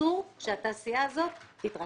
בשום פנים ואופן אסור שהתעשייה הזאת תתרסק.